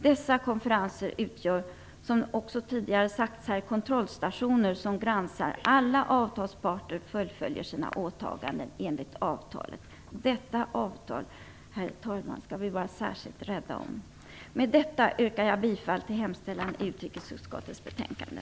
Dessa konferenser utgör, som också sagts här tidigare, kontrollstationer som granskar att alla avtalsparter fullföljer sina åtaganden enligt avtalet. Detta avtal, herr talman, skall vi vara särskilt rädda om. Med detta yrkar jag bifall till hemställan i utrikesutskottets betänkande.